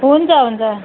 हुन्छ हुन्छ